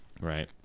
Right